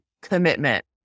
commitment